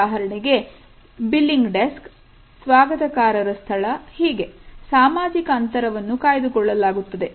ಉದಾಹರಣೆಗೆ billing desk ಸ್ವಾಗತಕಾರರ ಸ್ಥಳ ಹೀಗೆ ಸಾಮಾಜಿಕ ಅಂತರವನ್ನು ಕಾಯ್ದುಕೊಳ್ಳಲಾಗುತ್ತದೆ